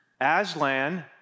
Aslan